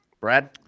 Brad